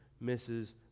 misses